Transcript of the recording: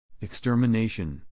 Extermination